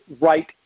right